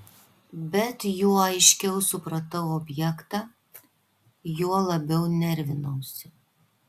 bet juo aiškiau supratau objektą juo labiau nervinausi